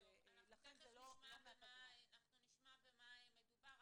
ולכן זה לא --- אנחנו נשמע במה מדובר.